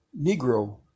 Negro